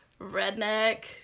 redneck